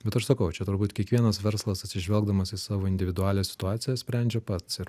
bet aš sakau čia turbūt kiekvienas verslas atsižvelgdamas į savo individualią situaciją sprendžia pats ir